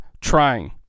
trying